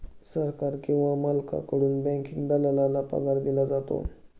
सरकार किंवा मालकाकडून बँकिंग दलालाला पगार दिला जातो